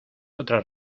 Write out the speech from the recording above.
otras